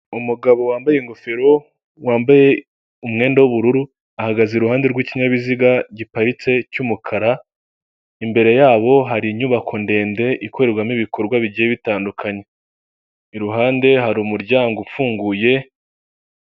Inzu mu ibara ry'umweru, umukara, umutuku ibirahure bifunguye inzugi zifunguye hariho ibyapa byamamaza mu ibara ry'umweru ndetse n'ubururu ikinyabiziga gifite ibara ry'umuntu kiri kunyura imbere.